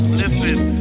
listen